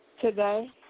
Today